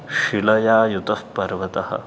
शिलायुतः पर्वतः